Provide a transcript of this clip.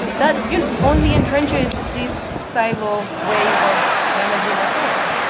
that you know only entrenches this silo way of managing affairs.